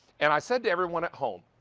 and i said to everyone at home,